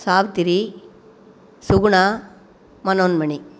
Savitri Suguna Manonmani